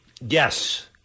yes